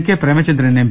K Premachandran M